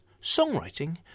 Songwriting